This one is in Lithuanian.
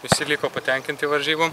visi liko patenkinti varžybom